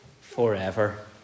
forever